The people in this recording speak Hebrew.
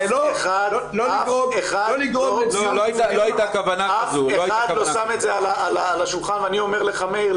לא --- אף אחד לא שם את זה על השולחן ואני אומר לך מאיר,